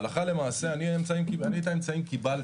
הלכה למעשה, אני את האמצעים קיבלתי.